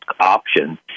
option